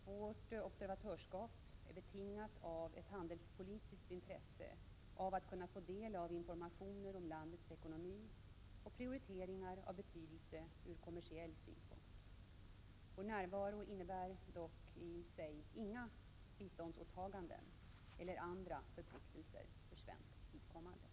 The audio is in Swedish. Vårt observatörskap är betingat av ett handelspolitiskt intresse av att kunna få del av informationer om landets ekonomi och prioriteringar av betydelse från kommersiell synpunkt. Vår närvaro innebär dock i sig inga biståndsåtaganden eller andra förpliktelser för svenskt vidkommande.